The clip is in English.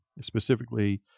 specifically